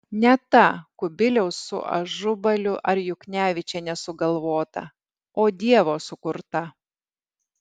ne ta kubiliaus su ažubaliu ar juknevičiene sugalvota o dievo sukurta